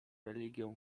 religią